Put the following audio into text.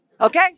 Okay